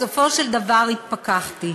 בסופו של דבר התפכחתי.